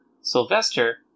sylvester